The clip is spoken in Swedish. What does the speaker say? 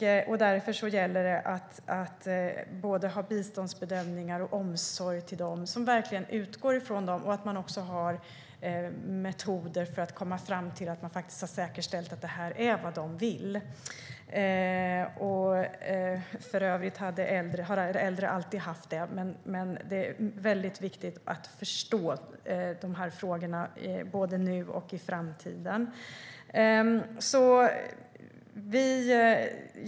Därför gäller det att både ha biståndsbedömningar och omsorg som verkligen utgår från individen och att man också har metoder för att komma fram till att man faktiskt har säkerställt att det här är vad den äldre vill. Det är väldigt viktigt att förstå dessa frågor, både nu och i framtiden.